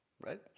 right